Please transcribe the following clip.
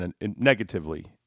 negatively